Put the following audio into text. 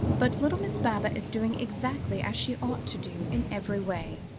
but little miss baba is doing exactly as she ought to do in every way.